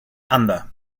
anda